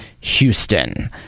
Houston